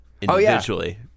individually